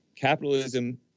capitalism